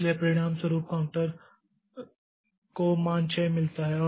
इसलिए परिणामस्वरूप काउंटर को मान 6 मिलता है